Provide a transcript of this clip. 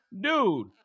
dude